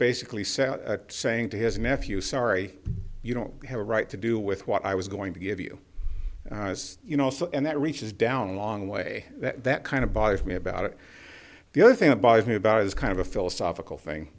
basically set saying to his nephew sorry you don't have a right to do with what i was going to give you as you know also and that reaches down a long way that kind of bothers me about it the other thing that bothers me about it is kind of a philosophical thing